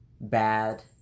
bad